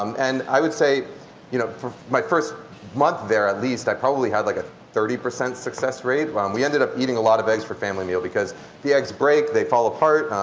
um and i would say you know for my first month there, at least, i probably had like a thirty percent success rate. um we ended up eating a lot eggs for family meal, because the eggs break, they fall apart,